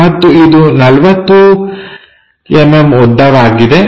ಮತ್ತು ಇದು 40mm ಉದ್ದವಾಗಿದೆ